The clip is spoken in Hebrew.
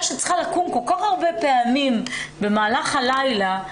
שצריכה לקום כל כך הרבה פעמים במהלך הלילה,